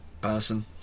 person